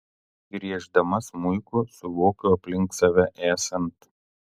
grieždama smuiku suvokiu aplink save esant